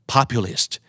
Populist